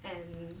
and